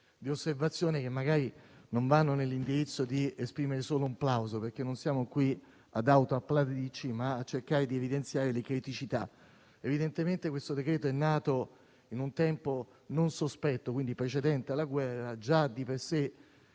di osservazione che magari non vanno nell'indirizzo di esprimere solo un plauso, visto che non siamo qui ad auto-applaudirci, ma a cercare di evidenziare le criticità. Evidentemente il decreto-legge in esame è nato in un tempo non sospetto, precedente alla guerra, e già di per sé